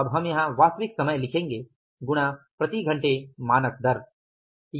अब हम यहां वास्तविक समय लिखेंगे गुणा प्रति घंटे मानक दर